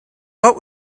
what